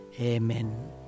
Amen